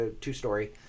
two-story